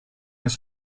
his